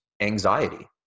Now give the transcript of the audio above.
anxiety